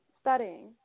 studying